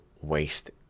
waste